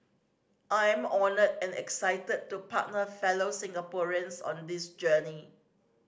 I am honoured and excited to partner fellow Singaporeans on this journey